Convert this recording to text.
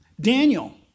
Daniel